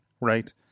right